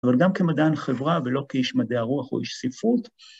‫אבל גם כמדען חברה ‫ולא כאיש מדעי הרוח או איש ספרות.